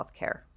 healthcare